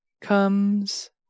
Comes